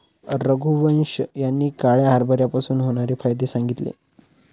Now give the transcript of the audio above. रघुवंश यांनी काळ्या हरभऱ्यापासून होणारे फायदे सांगितले